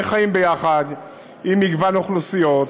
איך חיים ביחד עם מגוון אוכלוסיות,